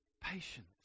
Patience